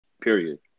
Period